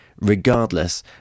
regardless